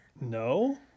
no